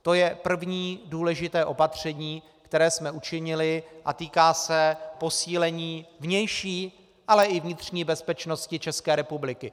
To je první důležité opatření, které jsme učinili, a týká se posílení vnější, ale i vnitřní bezpečnosti České republiky.